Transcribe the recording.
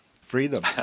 Freedom